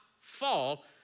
fall